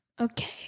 Okay